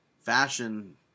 fashion